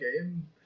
game